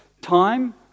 time